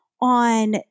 on –